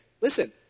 Listen